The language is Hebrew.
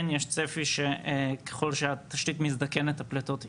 כן יש צפי שככל שהתשתית מזדקנת הפליטות יעלו.